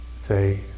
say